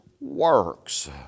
works